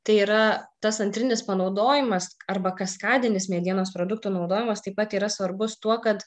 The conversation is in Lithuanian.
tai yra tas antrinis panaudojimas arba kaskadinis medienos produktų naudojimas taip pat yra svarbus tuo kad